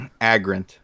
Agrant